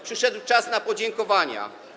Przyszedł czas na podziękowania.